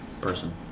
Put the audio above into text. person